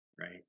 Right